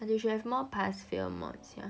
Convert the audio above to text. they should have more pass fail module sia